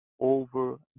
over